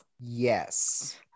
Yes